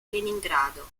leningrado